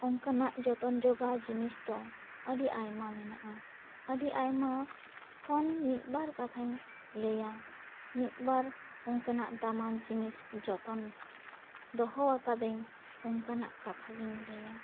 ᱚᱱᱠᱟᱱᱟᱜ ᱡᱚᱛᱚᱱ ᱡᱚᱜᱟᱣ ᱡᱤᱱᱤᱥ ᱫᱚ ᱟᱹᱰᱤ ᱟᱭᱢᱟ ᱢᱮᱱᱟᱜ ᱟ ᱟᱹᱰᱤ ᱟᱭᱢᱟ ᱠᱷᱚᱱ ᱢᱤᱫ ᱵᱟᱨ ᱠᱟᱛᱷᱟᱧ ᱞᱟᱹᱭᱟ ᱢᱤᱫ ᱵᱟᱨ ᱚᱱᱠᱟᱱᱟᱜ ᱫᱟᱢᱟᱱ ᱡᱤᱱᱤᱥ ᱡᱚᱛᱚᱱ ᱫᱚᱦᱚ ᱟᱠᱟᱫᱟᱹᱧ ᱚᱱᱠᱟᱱᱟᱜ ᱠᱟᱛᱷᱟ ᱜᱤᱧ ᱞᱟᱹᱭᱟ